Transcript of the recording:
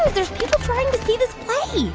there's people trying to see this play